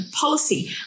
policy